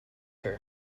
her